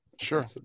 Sure